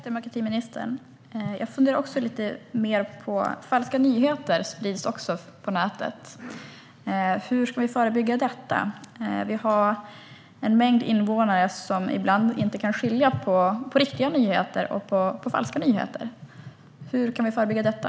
Herr talman! Tack, demokratiministern! Falska nyheter sprids också på nätet. Vi har en mängd invånare som ibland inte kan skilja på vad som är riktiga och falska nyheter. Hur kan vi förebygga detta?